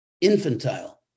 infantile